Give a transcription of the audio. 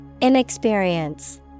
Inexperience